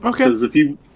Okay